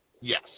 Yes